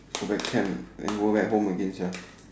go back camp and then go back home again sia